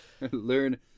learn